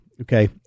okay